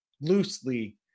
loosely